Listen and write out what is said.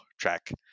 track